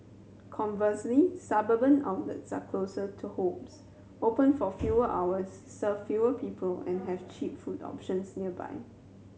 conversely suburban outlets are closer to homes open for fewer hours serve fewer people and have cheap food options nearby